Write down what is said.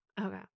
Okay